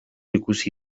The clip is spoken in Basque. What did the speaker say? ikusi